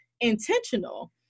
intentional